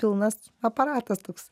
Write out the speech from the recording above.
pilnas aparatas toks